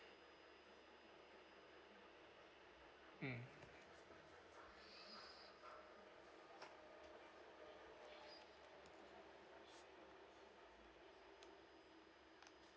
mm